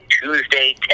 Tuesday